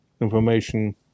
information